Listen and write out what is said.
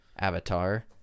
avatar